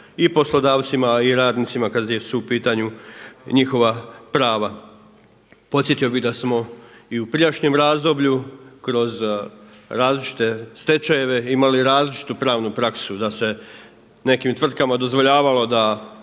i poslodavcima, a i radnicima kada su u pitanju njihova prava. Podsjetio bih da smo i u prijašnjem razdoblju kroz različite stečajeve imali različitu pravnu praksu da se nekim tvrtkama dozvoljavalo da